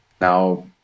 now